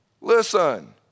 Listen